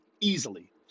easily